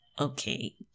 okay